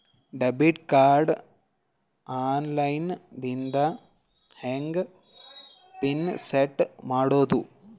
Debit card online ದಿಂದ ಹೆಂಗ್ pin set ಮಾಡೋದು?